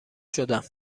شدم